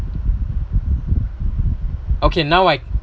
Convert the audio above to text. okay now I